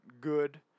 good